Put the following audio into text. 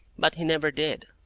but he never did.